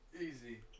Easy